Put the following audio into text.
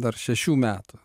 dar šešių metų